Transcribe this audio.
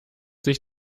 sich